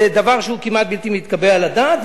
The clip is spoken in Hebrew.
זה דבר שהוא כמעט בלתי מתקבל על הדעת.